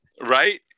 Right